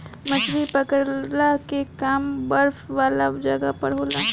मछली पकड़ला के काम बरफ वाला जगह पर होला